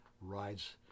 rides